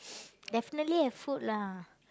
definitely have food lah